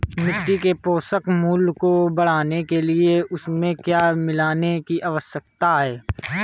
मिट्टी के पोषक मूल्य को बढ़ाने के लिए उसमें क्या मिलाने की आवश्यकता है?